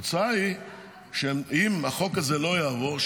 התוצאה היא שאם החוק הזה לא יעבור,